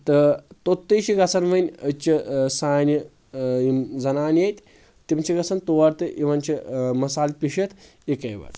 تہٕ توٚتھٕے چھِ گژھان وۄنۍ أزۍچہِ سانہِ یِم زنان ییٚتہِ تِم چھٕ گژھان تور تہٕ یِوان چھ٘ مسال پَشِتھ یِکہٕ وَٹہٕ